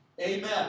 Amen